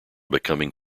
becoming